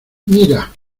mira